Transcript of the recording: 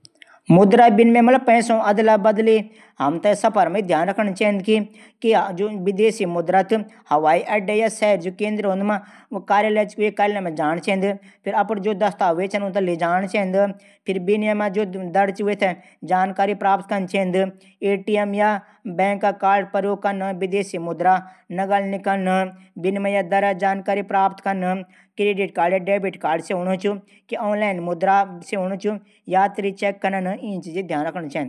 मुद्रा विनिमय मतलब पैसो अदला-बदली हम थै सफर मा य ध्यान रखण चैद की विदेशी मुद्रा हवाई अड्डा या सहज केन्द्र कार्यालय मा जाण चैद। फिर अपड सभी दस्तावेज भी साथ मा लिजाण चैंद। फिर विनिमय दर थै प्राप्त कन चैंद। फिर एटीएम या विदेशी मुद्रा नकद निकण विनिमय दर प्राप्त क्रेडिट कार्ड या डेबिट कार्ड से ।सब कुछ।